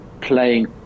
playing